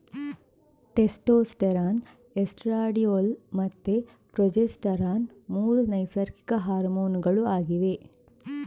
testosterone, estradiol ಮತ್ತೆ progesterone ಮೂರು ನೈಸರ್ಗಿಕ ಹಾರ್ಮೋನುಗಳು ಆಗಿವೆ